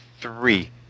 three